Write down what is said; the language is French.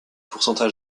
pourcentage